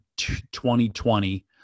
2020